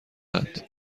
اند